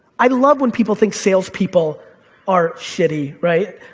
i love when people think sales people are shitty, right,